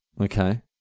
Okay